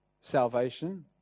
salvation